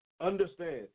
understand